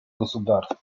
государств